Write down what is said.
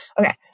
okay